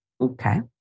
Okay